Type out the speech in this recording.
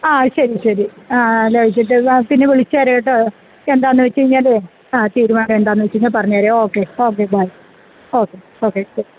ആ ശരി ശരി ആ ആലോചിച്ചിട്ട് പിന്നെ വിളിച്ചുപറയൂ കെട്ടോ എന്താണെന്നുവച്ചുകഴിഞ്ഞാലേ ആ തീരുമാനം എന്താണെന്നു വച്ചുകഴിഞ്ഞാൽ പറഞ്ഞേരെ okay okay bye okay okay